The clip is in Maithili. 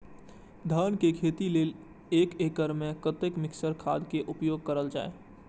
धान के खेती लय एक एकड़ में कते मिक्चर खाद के उपयोग करल जाय?